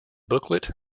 booklet